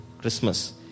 Christmas